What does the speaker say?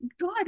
god